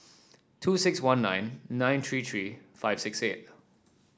two six one nine nine three three five six eight